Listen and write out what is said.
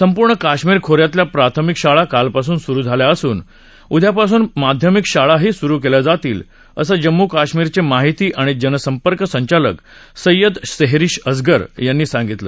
संपर्ण कश्मीर खो यातल्या प्राथमिक शाळा कालपासून सूरु झाल्या असून उदयापासून माध्यमिक शाळाही सुरु केल्या जातील असं जम्मू कश्मीरचे माहिती आणि जनसंपर्क संचालक सय्यद सेहरिश असगर यांनी सांगितलं